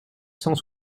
cent